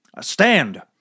stand